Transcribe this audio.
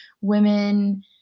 women